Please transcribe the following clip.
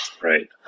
Right